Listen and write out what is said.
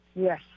Yes